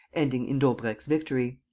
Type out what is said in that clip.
ending in daubrecq's victory.